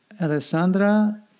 Alessandra